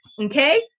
Okay